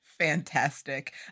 Fantastic